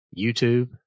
YouTube